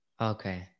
Okay